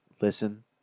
listen